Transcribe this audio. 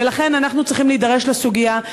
ולכן אנחנו צריכים להידרש לסוגיה.